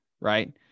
right